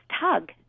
tug